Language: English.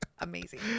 amazing